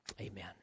Amen